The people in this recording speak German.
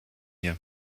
mir